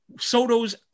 Soto's